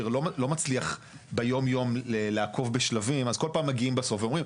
לא מצליח ביום יום לעקוב בשלבים אז כל פעם מגיעים בסוף ואומרים,